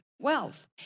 wealth